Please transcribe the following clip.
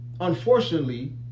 unfortunately